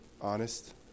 honest